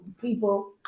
people